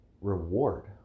reward